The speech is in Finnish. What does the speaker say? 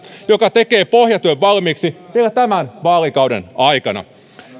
joka tekee pohjatyön valmiiksi vielä tämän vaalikauden aikana